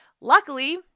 Luckily